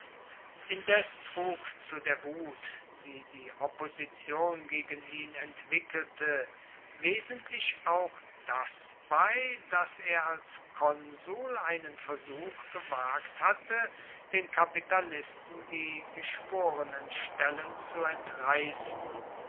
indes trug zu der wut die die opposition gegen ihn entwickelte wesentlich auch das bei daß er als konsul einen versuch gewagt hatte den kapitalisten die geschworenenstellen zu entreißen